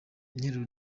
interuro